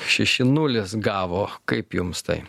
šeši nulis gavo kaip jums tai